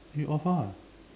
you off ah